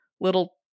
little